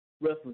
Wrestling